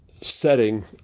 setting